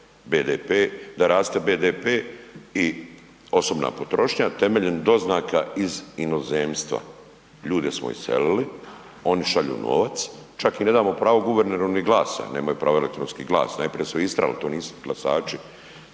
BDP, da raste BDP i osobna potrošnja temeljem doznaka iz inozemstva. Ljude smo iselili, oni šalju novac, čak im ne damo pravo guverneru ni glasa, nemaju pravo elektronski glas, najprije su istjerali, to nisu glasači